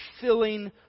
filling